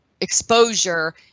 exposure